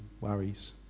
worries